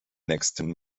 nächsten